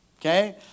Okay